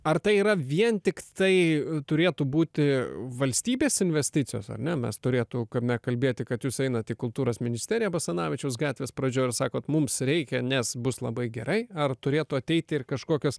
ar tai yra vien tik tai turėtų būti valstybės investicijos ar ne mes turėtų kame kalbėti kad jūs einat į kultūros ministeriją basanavičiaus gatvės pradžio ir sakot mums reikia nes bus labai gerai ar turėtų ateiti ir kažkokios